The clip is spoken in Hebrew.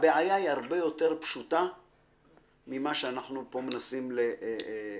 הבעיה הרבה יותר פשוטה ממה שאנחנו פה מנסים לצייר,